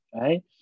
right